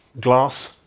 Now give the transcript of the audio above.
glass